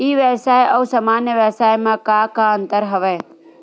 ई व्यवसाय आऊ सामान्य व्यवसाय म का का अंतर हवय?